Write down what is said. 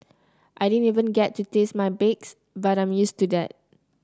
I didn't even get to taste my bakes but I'm used to that